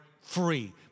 free